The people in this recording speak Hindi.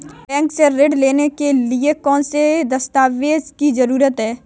बैंक से ऋण लेने के लिए कौन से दस्तावेज की जरूरत है?